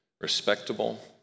respectable